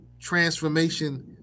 transformation